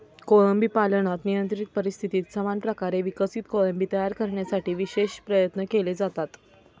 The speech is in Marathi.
कोळंबी पालनात नियंत्रित परिस्थितीत समान प्रकारे विकसित कोळंबी तयार करण्यासाठी विशेष प्रयत्न केले जातात